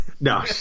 No